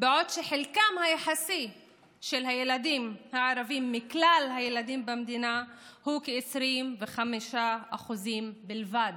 בעוד שחלקם היחסי של הילדים הערבים בכלל הילדים במדינה הוא כ-25% בלבד.